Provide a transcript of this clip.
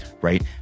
right